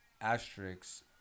asterisks